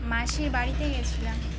মাসির বাড়িতে গিয়েছিলাম